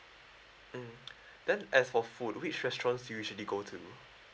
mm then as for food which restaurants do you usually go to